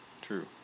True